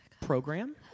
program